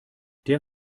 der